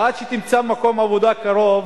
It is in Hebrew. ועד שהיא תמצא מקום עבודה קרוב,